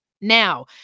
Now